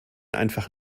einfach